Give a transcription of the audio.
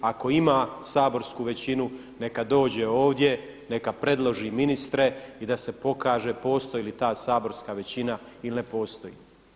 Ako ima saborsku većinu neka dođe ovdje, neka predloži ministre i da se pokaže postoji li ta saborska većina ili ne postoji.